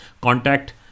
Contact